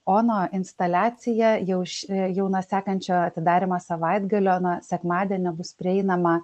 ono instaliacija jau š jau nuo sekančio atidarymo savaitgalio na sekmadienio bus prieinama